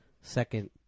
second